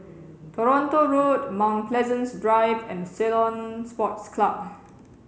Toronto Road Mount Pleasant Drive and Ceylon Sports Club